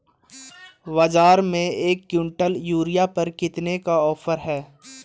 बाज़ार में एक किवंटल यूरिया पर कितने का ऑफ़र है?